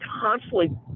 constantly